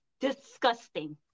Disgusting